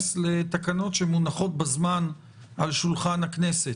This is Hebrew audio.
לתקנות שמונחות בזמן על שולחן הכנסת.